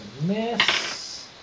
miss